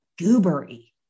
goobery